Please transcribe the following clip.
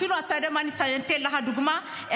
אפילו אתן לך דוגמה,